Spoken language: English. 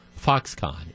Foxconn